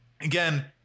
Again